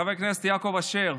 חבר הכנסת יעקב אשר,